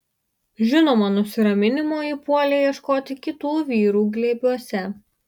žinoma nusiraminimo ji puolė ieškoti kitų vyrų glėbiuose